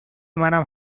منم